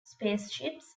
spaceships